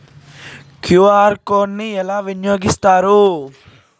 QR code ని ఎలా వినియోగిస్తారు?